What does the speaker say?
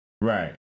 right